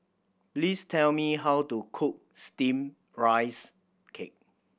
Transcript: please tell me how to cook Steamed Rice Cake